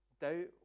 doubt